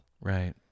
Right